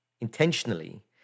intentionally